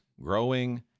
growing